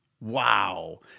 Wow